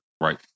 Right